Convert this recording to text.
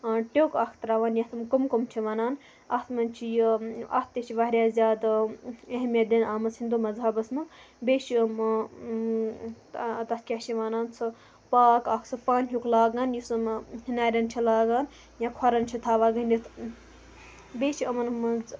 ٹیٛوک اَکھ تراوان یَتھ یِم کُم کُم چھِ وَنان اَتھ مَنٛز چھِ یہِ اَتھ تہِ چھِ واریاہ زیادٕ اہمیت دِنہٕ آمٕژ ہِندو مذبَس مَنٛز بیٚیہِ چھِ تَتھ کیاہ چھِ وَنان سُہ پاک اَکھ سُہ پَن ہیٚو لاگان یُس یِم نَرٮ۪ن چھِ لاگان یا کھۄرَن چھِ تھاوان گٔنڑِتھ بیٚیہِ چھِ یِمَن مَنٛز